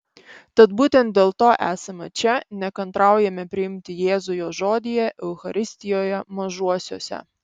tad būtent dėl to esame čia nekantraujame priimti jėzų jo žodyje eucharistijoje mažuosiuose